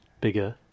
bigger